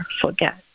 forget